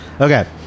Okay